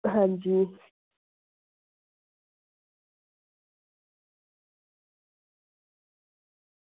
हां जी